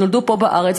נולדו פה בארץ,